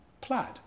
Plaid